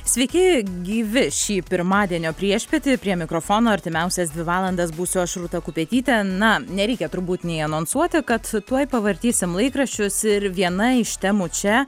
sveiki gyvi šį pirmadienio priešpietį prie mikrofono artimiausias dvi valandas būsiu aš rūta kupetytė na nereikia turbūt nei anonsuoti kad tuoj pavartysim laikraščius ir viena iš temų čia